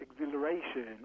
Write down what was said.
exhilaration